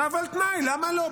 צו על תנאי, למה לא?